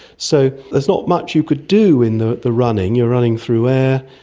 so there's not much you could do in the the running, you are running through air,